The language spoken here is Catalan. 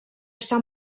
està